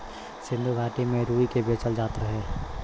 सिन्धु घाटी में रुई के बेचल जात रहे